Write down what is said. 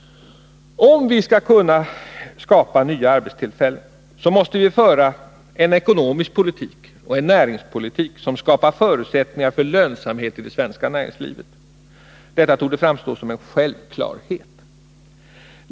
Om vi skall kunna skapa nya arbetstillfällen måste vi föra en ekonomisk politik och en näringspolitik som skapar förutsättningar för lönsamhet i det svenska näringslivet. Detta torde framstå som en självklarhet.